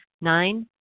Nine